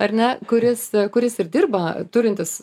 ar ne kuris kuris ir dirba turintis